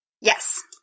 Yes